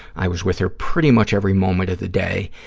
i was with her pretty much every moment of the day,